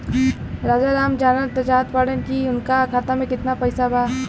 राजाराम जानल चाहत बड़े की उनका खाता में कितना पैसा बा?